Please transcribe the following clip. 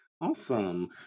Awesome